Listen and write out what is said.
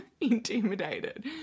intimidated